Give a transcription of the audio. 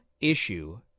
issue